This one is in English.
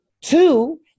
two